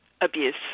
abuse